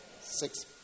Six